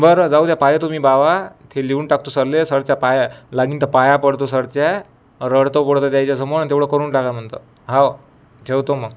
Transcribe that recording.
बरं जाऊ द्या पाह्या तो तुम्ही बावा ते लिहून टाकतो सरले सरच्या पाया लागेन तर पाया पडतो सरच्या रडतो पडतो त्याच्यासमोर आणि तेवढं करून टाका म्हणतो हो ठेवतो मग